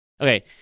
Okay